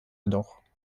jedoch